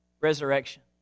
resurrection